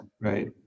Right